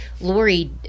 Lori